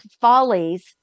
Follies